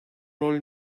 rolü